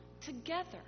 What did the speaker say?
together